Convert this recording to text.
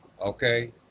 okay